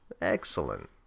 Excellent